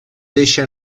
deixa